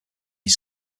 his